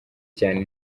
cyane